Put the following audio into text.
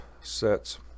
sets